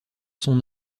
son